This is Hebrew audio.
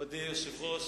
מכובדי היושב-ראש,